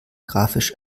grafisch